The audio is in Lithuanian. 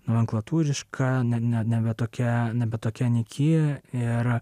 nomenklatūriška ne ne tokia nebe tokia nyki ir